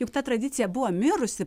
juk ta tradicija buvo mirusi